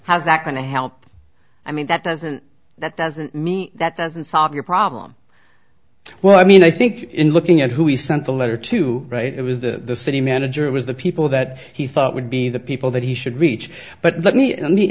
how's that going to help i mean that doesn't that doesn't mean that doesn't solve your problem well i mean i think in looking at who he sent a letter to write it was the city manager it was the people that he thought would be the people that he should reach but let me be at me